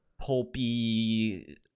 pulpy